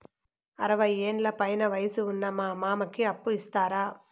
అరవయ్యేండ్ల పైన వయసు ఉన్న మా మామకి అప్పు ఇస్తారా